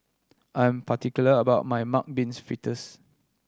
I am particular about my mung beans fritters